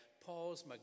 Paul's